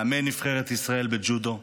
מאמן נבחרת ישראל בג'ודו.